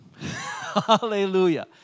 Hallelujah